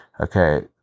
okay